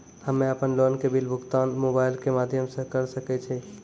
हम्मे अपन लोन के बिल भुगतान मोबाइल के माध्यम से करऽ सके छी?